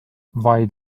vaid